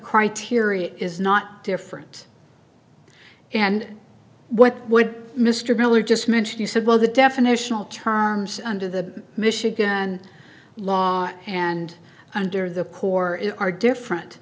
criteria is not different and what would mr miller just mention you said well the definitional terms under the michigan law and under the core are different